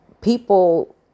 People